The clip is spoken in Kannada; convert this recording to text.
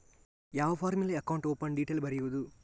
ಯಾವ ಫಾರ್ಮಿನಲ್ಲಿ ಅಕೌಂಟ್ ಓಪನ್ ಡೀಟೇಲ್ ಬರೆಯುವುದು?